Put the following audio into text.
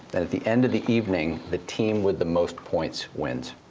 then at the end of the evening, the team with the most points wins.